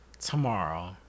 tomorrow